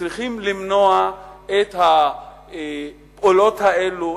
צריכים למנוע את הפעולות האלה,